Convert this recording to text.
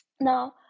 Now